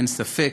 אין ספק.